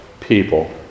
people